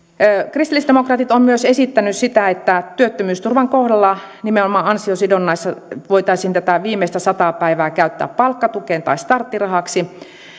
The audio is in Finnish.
kristillisdemokraatit ovat esittäneet myös sitä että työttömyysturvan kohdalla nimenomaan ansiosidonnaisen voitaisiin tätä viimeistä sataa päivää käyttää palkkatukeen tai starttirahaksi